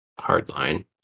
hardline